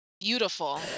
beautiful